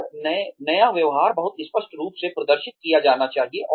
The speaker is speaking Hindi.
और नया व्यवहार बहुत स्पष्ट रूप से प्रदर्शित किया जाना चाहिए